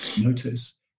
notice